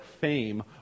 fame